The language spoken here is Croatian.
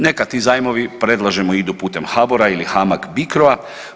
Neka ti zajmovi predlažemo idu putem HABOR-a ili HAMAG BICRO-a.